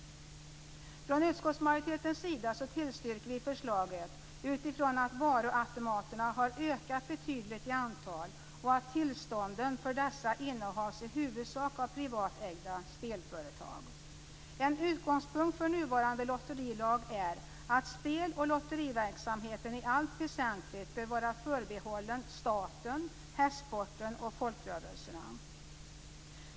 Från utskottsmajoritetens sida tillstyrker vi förslaget utifrån det förhållandet att varuautomaterna har ökat betydligt i antal och att tillstånden för dessa i huvudsak innehas av privatägda spelföretag. En utgångspunkt för nuvarande lotterilag är att spel och lotteriverksamheten i allt väsentligt bör vara förbehållen staten, hästsporten och folkrörelserna.